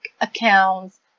accounts